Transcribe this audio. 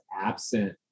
absent